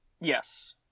Yes